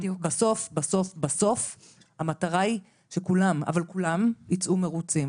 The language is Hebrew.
בסוף, בסוף המטרה היא שכולם אבל כולם יצאו מרוצים.